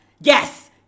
Yes